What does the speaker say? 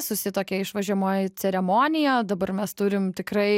susituokia išvažiuojamoji ceremonija o dabar mes turim tikrai